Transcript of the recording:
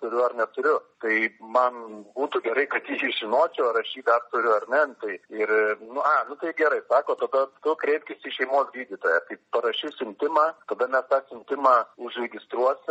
turiu ar neturiu tai man būtų gerai kad tiksliai žinočiau ar aš jį dar turiu ar ne nu tai ir nu a nu tai gerai sako tada tu kreipkis į šeimos gydytoją tai parašys siuntimą tada mes tą siuntimą užregistruosim